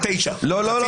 גלעד לא פה.